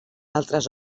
altres